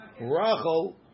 Rachel